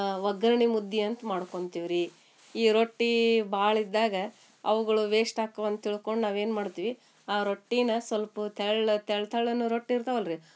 ಒಗ್ಗರ್ಣಿ ಮುದ್ದೆ ಅಂತ ಮಾಡ್ಕೊಂತೀವಿ ರೀ ಈ ರೊಟ್ಟಿ ಭಾಳ ಇದ್ದಾಗ ಅವುಗಳು ವೇಸ್ಟ್ ಆಕ್ಕವೆ ಅಂದ್ ತಿಳ್ಕೊಂಡು ನಾವೇನು ಮಾಡ್ತೀವಿ ಆ ರೊಟ್ಟಿನ ಸ್ವಲ್ಪ ತೆಳು ತೆಳು ತೆಳ್ಳನವು ರೊಟ್ಟಿ ಇರ್ತಾವಲ್ಲ ರೀ